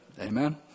Amen